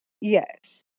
Yes